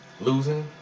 losing